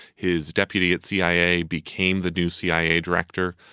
his deputy at cia, became the new cia director.